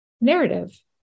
narrative